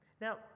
Now